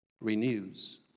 renews